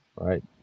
right